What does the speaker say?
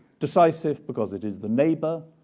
decisive because it is the neighbor,